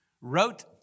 wrote